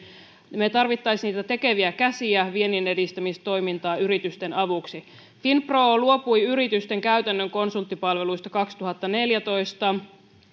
me tarvitsisimme niitä tekeviä käsiä vienninedistämistoimintaan yritysten avuksi finpro luopui yritysten käytännön konsulttipalveluista kaksituhattaneljätoista